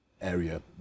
area